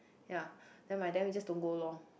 ya by the time we just don't go lor